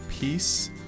peace